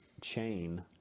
chain